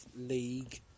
league